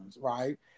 right